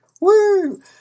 Woo